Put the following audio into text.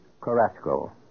Carrasco